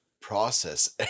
process